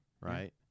Right